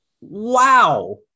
Wow